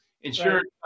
insurance